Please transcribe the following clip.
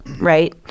right